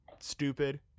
stupid